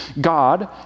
God